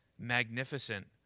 magnificent